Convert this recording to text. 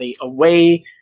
away